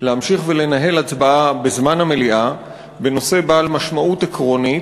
להמשיך ולנהל הצבעה בזמן המליאה בנושא בעל משמעות עקרונית,